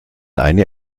eine